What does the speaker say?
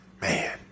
man